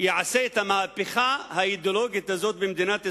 יעשה את המהפכה האידיאולוגית הזאת במדינת ישראל,